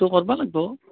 কৰিব লাগিব